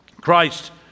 Christ